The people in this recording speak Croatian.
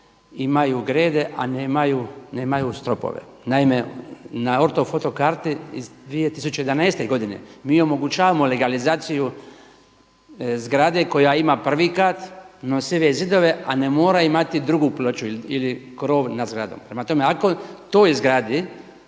imaju grede, a nemaju stropove. Naime, na ortofoto karti iz 2011. godine mi omogućavamo legalizaciju zgrade koja ima prvi kat, nosive zidove, a ne mora imati drugu ploču ili krov nad zgradom. Prema tome, ako toj zgradi